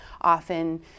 often